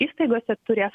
įstaigose turės